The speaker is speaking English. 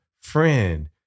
friend